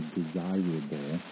desirable